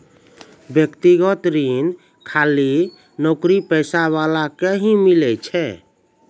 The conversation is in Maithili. व्यक्तिगत ऋण खाली नौकरीपेशा वाला ही के मिलै छै?